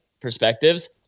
perspectives